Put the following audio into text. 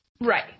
Right